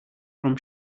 from